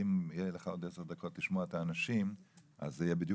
אם יהיה לך עוד עשר דקות לשמוע את האנשים אז זו תהיה בדיוק